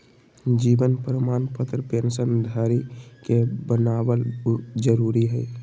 जीवन प्रमाण पत्र पेंशन धरी के बनाबल जरुरी हइ